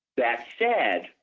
that said,